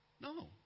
No